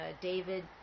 David